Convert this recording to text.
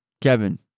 Kevin